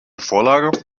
vorlage